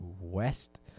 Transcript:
West